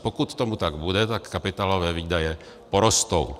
Pokud tomu tak bude, tak kapitálové výdaje porostou.